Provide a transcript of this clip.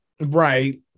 Right